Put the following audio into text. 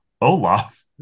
Olaf